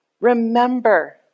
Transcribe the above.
Remember